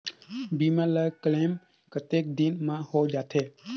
बीमा ला क्लेम कतेक दिन मां हों जाथे?